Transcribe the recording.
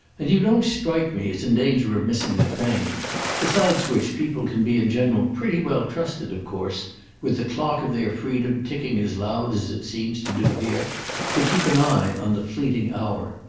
and you don't strike me as in danger of missing the train besides which people can be in general pretty well trusted, of course with the clock of their freedom ticking as loud as it seems to do here to keep an eye on the fleeting hour.